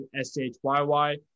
S-H-Y-Y